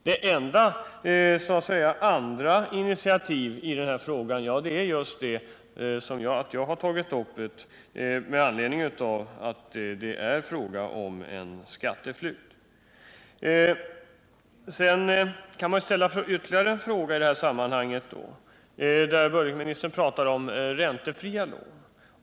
Det enda initiativ i motsatt riktning som har tagits i den här frågan är just att jag har tagit upp det hela från den utgångspunkten att det är fråga om skatteflykt. Sedan vill jag ställa ytterligare en fråga i detta sammanhang. Budgetministern pratar om räntefria lån.